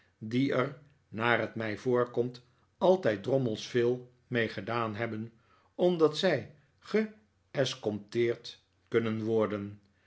die er naar het mij voorkomt altijd drommels veel mee gedaan hebben onidat zij geescompteerd kunnen worden